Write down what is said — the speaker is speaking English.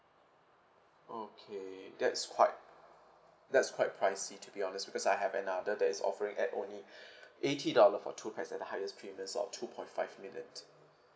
okay that's quite that's quite pricey to be honest because I have another that is offering at only eighty dollar for two pax at the highest premium of two point five million